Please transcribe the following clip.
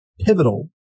pivotal